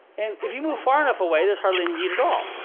and if you move far enough away, there's hardly any heat at all.